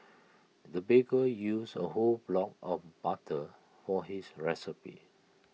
the baker used A whole block of butter for his recipe